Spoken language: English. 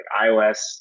iOS